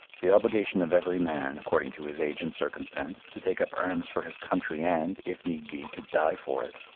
the obligation of every man, according to his age and circumstance, to take up arms for his country and, if need be, to die for it,